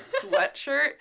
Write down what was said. sweatshirt